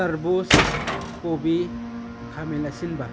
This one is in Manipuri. ꯇꯔꯕꯨꯖ ꯀꯣꯕꯤ ꯈꯥꯃꯦꯟ ꯑꯁꯤꯟꯕ